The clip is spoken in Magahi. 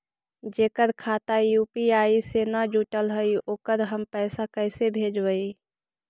जेकर खाता यु.पी.आई से न जुटल हइ ओकरा हम पैसा कैसे भेजबइ?